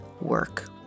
work